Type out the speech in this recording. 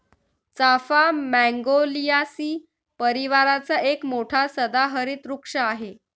चाफा मॅग्नोलियासी परिवाराचा एक मोठा सदाहरित वृक्ष आहे